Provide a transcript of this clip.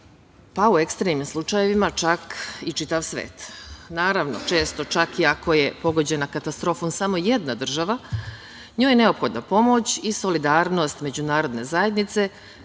pa u ekstremnim slučajevima čak i čitav svet. Naravno, često čak i ako je pogođena katastrofom samo jedna država, njoj je neophodna pomoć i solidarnost međunarodne zajednice